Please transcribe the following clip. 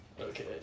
Okay